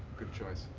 good choice.